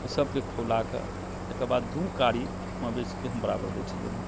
इसभके खौलाके एकर बाद दू कारी मवेशीके हम बराबर दै छलियनि हेँ